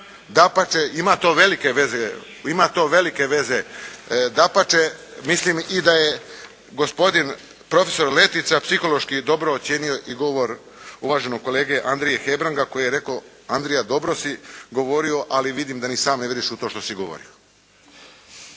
veze, ima to velike veze. Dapače mislim da je i gospodin profesor Letica psihološki dobro ocijenio i govor uvaženog kolege Andrije Hebranga koji je rekao: «Andrija dobro si govorio, ali vidim da ni sam ne vjeruješ u to što si govorio.»